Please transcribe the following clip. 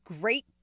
great